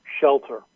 shelter